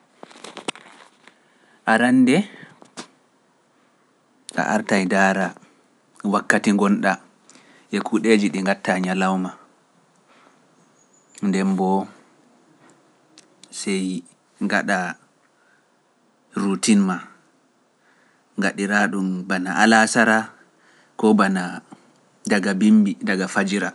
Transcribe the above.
Arannde a artay daara wakkati ngonɗa e kuuɗeeji ɗi ngatta ñalawma. Nde mbo sey ngaɗa rutin maa, ngaɗira ɗum bana alasara ko bana daga bimbi daga fajira.